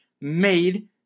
made